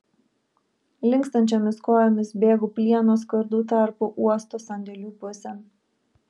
linkstančiomis kojomis bėgu plieno skardų tarpu uosto sandėlių pusėn